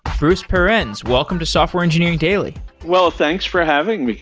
bruce perens, welcome to software engineering daily well, thanks for having me.